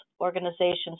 organizations